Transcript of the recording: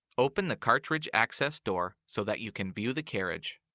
open the cartridge access door so that you can view the carriage.